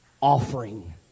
offering